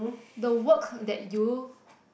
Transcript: the work that you